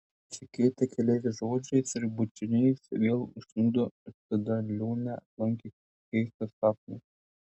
pasikeitę keliais žodžiais ir bučiniais vėl užsnūdo ir tada liūnę aplankė keistas sapnas